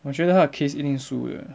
我觉得他的 case 一定输的